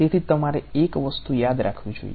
તેથી તમારે એક વસ્તુ યાદ રાખવી જોઈએ